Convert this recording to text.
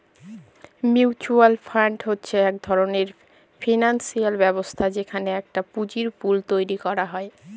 mutual fund হচ্ছে এক ধরনের ফিনান্সিয়াল ব্যবস্থা যেখানে একটা পুঁজির পুল তৈরী করা হয়